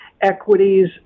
equities